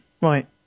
Right